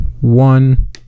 one